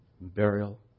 burial